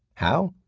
how?